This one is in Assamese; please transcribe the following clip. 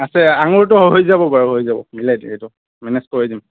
আছে আঙুৰটো হৈ যাব বাৰু হৈ যাব মিলাই দিম এইটো মেনেজ কৰি দিম